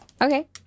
Okay